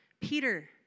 Peter